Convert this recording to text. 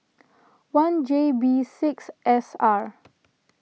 one J B six S R